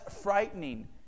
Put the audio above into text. frightening